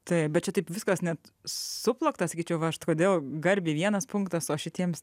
taip bet čia taip viskas net suplakta sakyčiau va štai kodėl garbei vienas punktas o šitiems